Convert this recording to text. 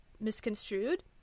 misconstrued